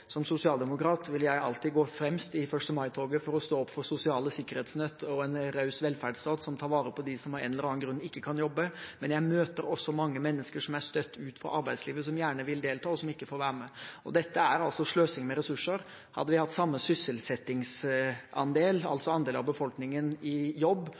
Som sosialdemokrat vil jeg alltid går fremst i 1. mai-toget for å stå opp for sosiale sikkerhetsnett og en raus velferdsstat som tar vare på dem som av en eller annen grunn ikke kan jobbe. Men jeg møter også mange mennesker som er støtt ut av arbeidslivet, som gjerne vil delta, og som ikke får være med, og dette er sløsing med ressurser. Hadde vi hatt samme sysselsettingsandel – altså andel av befolkningen i jobb